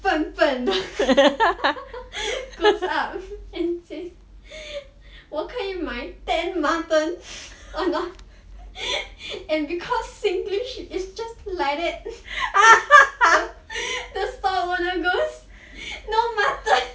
笨笨的 goes up and say 我可以买 ten mutton and because singlish is just like that the stall owner goes no mutton